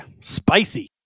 Spicy